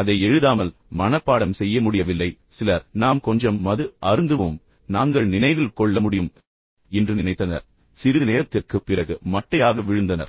அதை எழுதாமல் மனப்பாடம் செய்ய முடியவில்லை சிலர் நாம் கொஞ்சம் மது அருந்துவோம் சில பானங்கள் அருந்துவோம் பின்னர் நாங்கள் நினைவில் கொள்ள முடியும் என்று நினைத்தனர் பின்னர் சிறிது நேரத்திற்குப் பிறகு மட்டையாக விழுந்தனர்